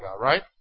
right